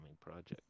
project